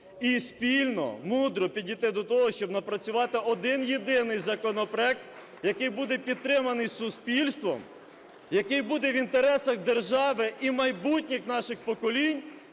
І спільно, мудро підійти до того, щоб напрацювати один-єдиний законопроект, який буде підтриманий суспільством, який буде в інтересах держави і майбутніх наших поколінь.